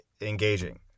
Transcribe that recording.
engaging